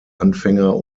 anfänger